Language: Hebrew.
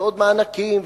ועוד מענקים,